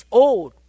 old